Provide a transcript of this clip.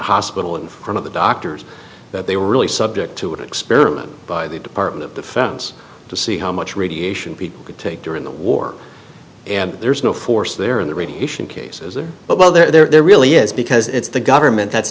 hospital in front of the doctors that they were really subject to experiment by the department of defense to see how much radiation people could take during the war and there's no force there and the radiation cases are but well there really is because it's the government that's